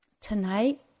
Tonight